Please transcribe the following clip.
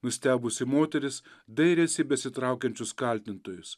nustebusi moteris dairėsi į besitraukiančius kaltintojus